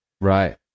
Right